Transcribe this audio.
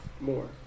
More